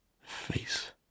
Face